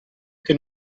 che